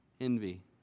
Envy